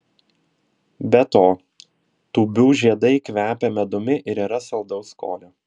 be to tūbių žiedai kvepia medumi ir yra saldaus skonio